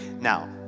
Now